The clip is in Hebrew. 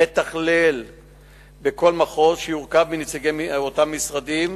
מתכלל בכל מחוז שיורכב מנציגי אותם משרדים,